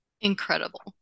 Incredible